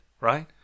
right